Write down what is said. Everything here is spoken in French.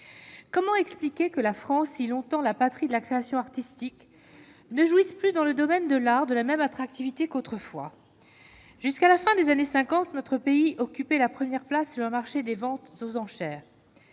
comment expliquer que la France si longtemps la patrie de la création artistique ne jouissent plus dans le domaine de l'art de la même attractivité qu'autrefois, jusqu'à la fin des années 50 notre pays occupé la première place sur le marché des ventes aux enchères,